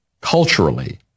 culturally